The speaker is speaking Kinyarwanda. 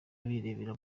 bibereye